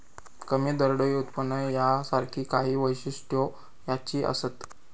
कमी दरडोई उत्पन्न यासारखी काही वैशिष्ट्यो ह्याची असत